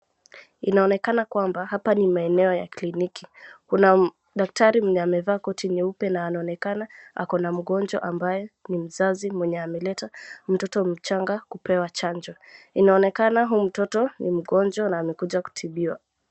Inaonekana kwamba hapa ni maeneo ya kliniki. Kuna daktari mwenye amevaa koti nyeupe na anaonekana akona mgonjwa ambaye ni mzazi mwenye ameleta mtoto mchanga kupewa chanjo. Inaonekana huu mtoto ni mgonjwa na amekuja kutibiwa.